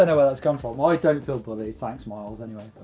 and where that's come from. i don't feel bullied. thanks, miles. and you know